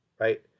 Right